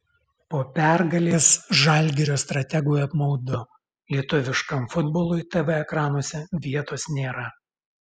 po pergalės žalgirio strategui apmaudu lietuviškam futbolui tv ekranuose vietos nėra